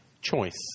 choice